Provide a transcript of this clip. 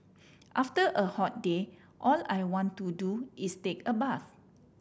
after a hot day all I want to do is take a bath